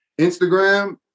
Instagram